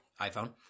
iPhone